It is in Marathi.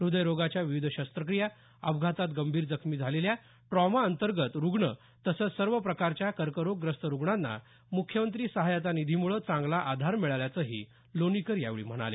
हृदयरोगाच्या विविध शस्त्रक्रिया अपघातात गंभीर जखमी झालेल्या ट्रॉमा अंतर्गत रुग्ण तसंच सर्व प्रकारच्या कर्करोगग्रस्त रुग्णांना मुख्यमंत्री सहायता निधीमुळे चांगला आधार मिळाल्याचंही लोणीकर यावेळी म्हणाले